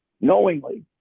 knowingly